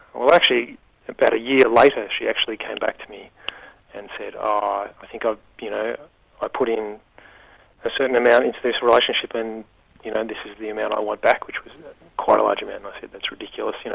well actually about a year later she actually came back to me and said, oh, ah i think ah you know i put in a certain amount into this relationship, and and this is the amount i want back', which was quite a large amount. and i said that's ridiculous. you know